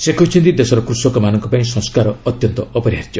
ସେ ପୁଣି କହିଛନ୍ତି ଦେଶର କୃଷକମାନଙ୍କ ପାଇଁ ସଂସ୍କାର ଅତ୍ୟନ୍ତ ଅପରିହାର୍ଯ୍ୟ